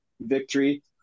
victory